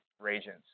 regions